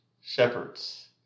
shepherds